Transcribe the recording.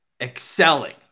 excelling